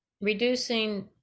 reducing